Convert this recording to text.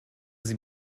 sie